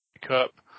Cup